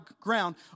ground